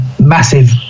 massive